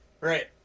Right